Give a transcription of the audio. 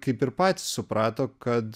kaip ir patys suprato kad